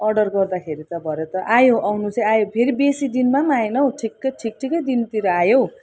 order गर्दाखेरि त भरे त आयो आउनु चाहिँ आयो फेरि बेसी दिनमा पनि आएन हौ ठिक ठिक ठिकै दिनतिर आयो हौ